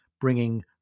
bringing